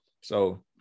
So-